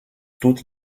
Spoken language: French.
toutes